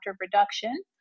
reduction